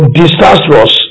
disastrous